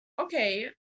okay